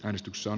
äänestyksen